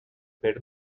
fer